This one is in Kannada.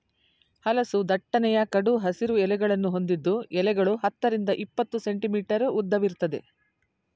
ಹಲಸು ದಟ್ಟನೆಯ ಕಡು ಹಸಿರು ಎಲೆಗಳನ್ನು ಹೊಂದಿದ್ದು ಎಲೆಗಳು ಹತ್ತರಿಂದ ಇಪ್ಪತ್ತು ಸೆಂಟಿಮೀಟರ್ ಉದ್ದವಿರ್ತದೆ